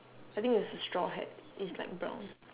I think it's a straw hat it's like brown